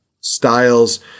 styles